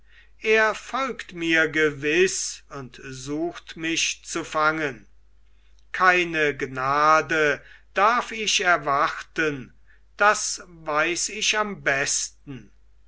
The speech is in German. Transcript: er folgt mir gewiß und sucht mich zu fangen keine gnade darf ich erwarten das weiß ich am besten